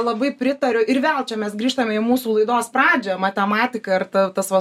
labai pritariu ir vėl čia mes grįžtame į mūsų laidos pradžią matematiką ir ta tas va